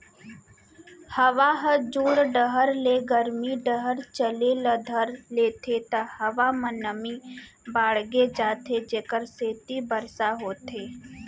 हवा ह जुड़ डहर ले गरमी डहर चले ल धर लेथे त हवा म नमी बाड़गे जाथे जेकर सेती बरसा होथे